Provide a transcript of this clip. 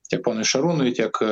tiek ponui šarūnui tiek